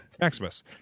maximus